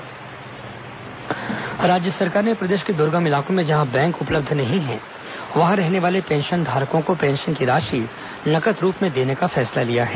TS Singhdeo video conferencing राज्य सरकार ने प्रदेश के दुर्गम इलाकों में जहां बैंक उपलब्ध नहीं है वहां रहने वाले पेंशनधारकों को पेंशन की राशि नकद रूप में देने का फैसला लिया है